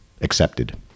accepted